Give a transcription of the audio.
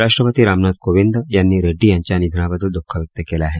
राष्ट्रपती रामनाथ कोंविद यांनी रेड्डी यांच्या निधनाबद्दल दुःख व्यक्त केलं आहे